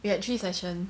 we had three session